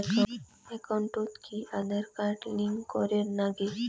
একাউন্টত কি Aadhaar card link করের নাগে?